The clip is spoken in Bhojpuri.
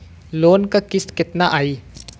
लोन क किस्त कितना आई?